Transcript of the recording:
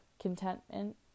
contentment